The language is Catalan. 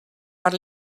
per